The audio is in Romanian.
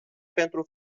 pentru